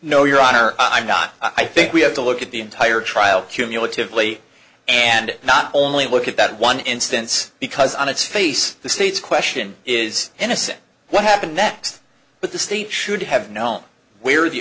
no your honor i'm not i think we have to look at the entire trial cumulatively and not only look at that one instance because on its face the state's question is innocent what happened next but the state should have known where the